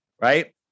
right